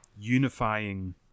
unifying